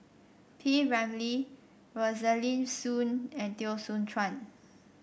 P Ramlee Rosaline Soon and Teo Soon Chuan